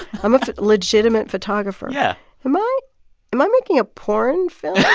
i'm a legitimate photographer yeah am i am i making a porn film?